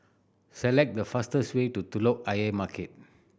select the fastest way to Telok Ayer Market